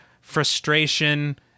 frustration